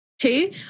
two